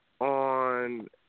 On